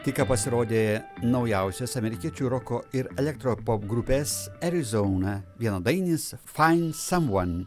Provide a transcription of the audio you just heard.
tik ką pasirodė naujausias amerikiečių roko ir elektro popgrupės arizouna vienadainis fain someone